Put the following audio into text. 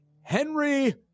Henry